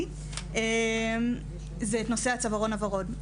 עציון וגילי ורון בנושא הצווארון הוורוד.